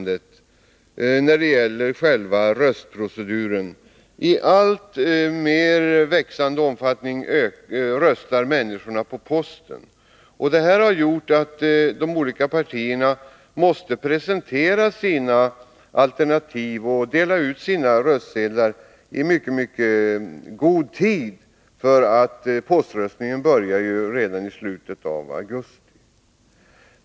Det gör att de olika partierna måste presentera sina alternativ och dela ut sina röstsedlar i mycket god tid. Poströstningen börjar ju redan i slutet av augusti.